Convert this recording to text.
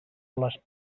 les